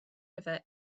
river